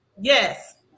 Yes